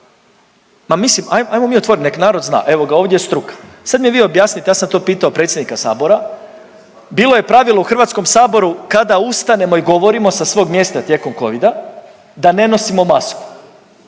ajmo mi otvorit nek narod zna. Evo ga, ovdje je struka. Sad mi vi objasnite ja sam to pitao predsjednika sabora. Bilo je pravilo u Hrvatskom saboru, kada ustanemo i govorimo sa svog mjesta tijekom Covida, da ne nosimo masku.